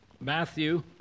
Matthew